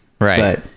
right